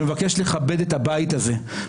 שמבקש לכבד את הבית הזה,